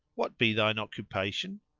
what be thine occupation?